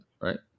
right